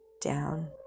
down